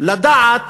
לדעת